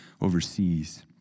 overseas